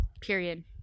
Period